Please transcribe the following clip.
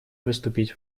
выступить